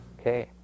Okay